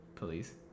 Police